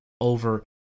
over